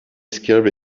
skiable